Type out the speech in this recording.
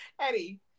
Eddie